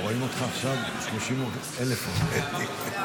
חוק ההשתלטות על לשכת עורכי הדין.